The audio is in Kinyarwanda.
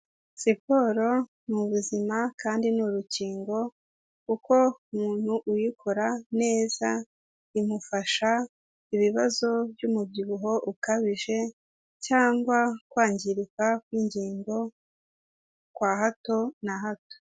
Siporo ni buzima kandi ni urukingo, kuko umuntu uyikora neza, imufasha ibibazo by'umubyibuho ukabije cyangwa kwangirika kw'ingingo kwa hato na hato.